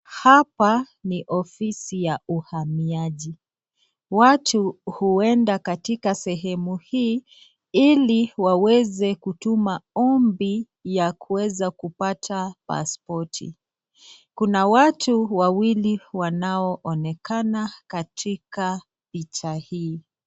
Hapa ni ofisi ya uhamiaji. Watu huenda katika sehemu hii, ili waweze kutuma ombi ya kuweza kupata pasipoti. Kuna watu wawili wanaoonekana katika picha hii.